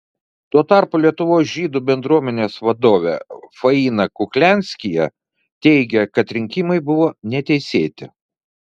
tuo tarpu lietuvos žydų bendruomenės vadovė faina kuklianskyje teigia kad rinkimai buvo neteisėti